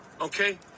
Okay